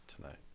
tonight